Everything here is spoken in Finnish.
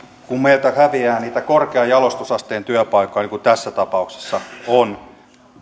kun meiltä häviää niitä korkean jalostusasteen työpaikkoja niin kuin tässä tapauksessa on